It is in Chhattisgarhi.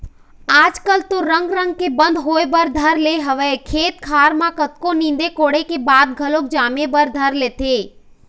आज कल तो रंग रंग के बन होय बर धर ले हवय खेत खार म कतको नींदे कोड़े के बाद घलोक जामे बर धर लेथे